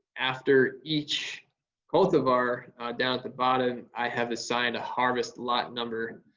after each cultivar down bottom i have assigned a harvest lot number.